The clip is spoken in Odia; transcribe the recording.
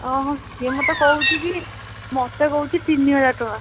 ଓହୋ ସିଏ ମୋତେ କହୁଛି କି ମୋତେ କହୁଛି ତିନି ହଜାର ଟଙ୍କା